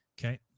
Okay